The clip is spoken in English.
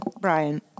Brian